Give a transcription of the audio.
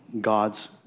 God's